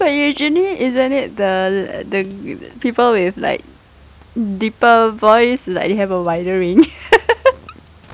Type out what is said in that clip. but usually isn't it the the people with like deeper voice like you have a wider range